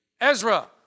Ezra